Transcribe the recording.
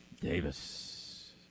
Davis